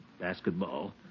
basketball